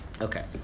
Okay